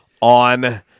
on